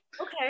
okay